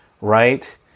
right